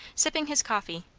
sipping his coffee.